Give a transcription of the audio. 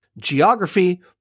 Geography